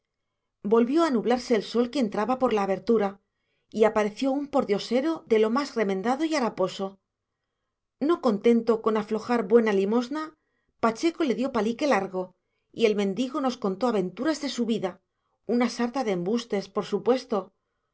volvió a nublarse el sol que entraba por la abertura y apareció un pordiosero de lo más remendado y haraposo no contento con aflojar buena limosna pacheco le dio palique largo y el mendigo nos contó aventuras de su vida una sarta de embustes por supuesto